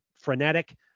frenetic